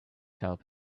help